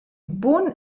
bun